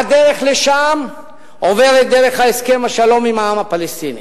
והדרך לשם עוברת דרך הסכם השלום עם העם הפלסטיני.